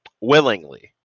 willingly